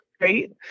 right